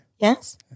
Yes